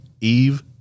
Eve